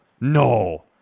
No